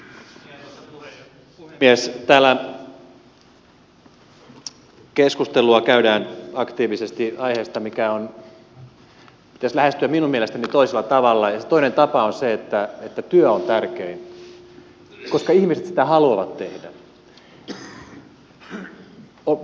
täällä keskustelua käydään aktiivisesti aiheesta mitä pitäisi lähestyä minun mielestäni toisella tavalla ja se toinen tapa on se että työ on tärkein koska ihmiset sitä haluavat tehdä